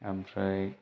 ओमफ्राय